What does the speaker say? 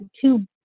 two